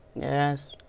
Yes